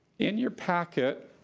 in your packet,